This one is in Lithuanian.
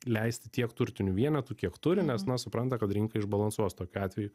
leisti tiek turtinių vienetų kiek turi nes na supranta kad rinką išbalansuos tokiu atveju